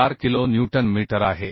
4 kilo newton metre आहे